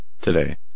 today